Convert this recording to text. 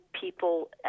people